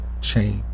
change